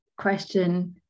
Question